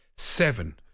Seven